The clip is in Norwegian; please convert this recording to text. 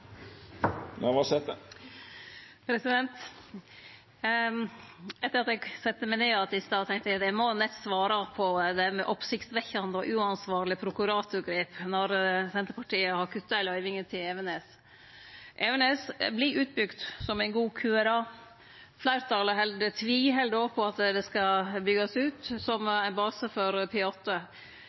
Navarsete har hatt ordet to gonger tidlegare og får ordet til ein kort merknad, avgrensa til 1 minutt. Etter at eg sette meg ned att i stad, tenkte eg at eg må nesten svare på det med oppsiktsvekkjande og uansvarleg prokuratorgrep når Senterpartiet har kutta i løyvinga til Evenes. Evenes vert utbygd som ein god QRA. Fleirtalet tviheld òg på at det skal